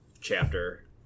chapter